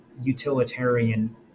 utilitarian